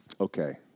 okay